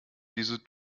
diese